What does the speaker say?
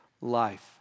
life